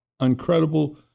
incredible